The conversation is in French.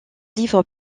livres